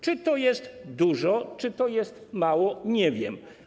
Czy to jest dużo, czy to jest mało - nie wiem.